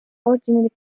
originally